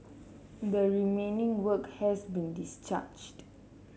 the remaining worker has been discharged